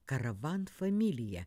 karavan familija